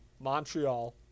Montreal